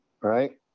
right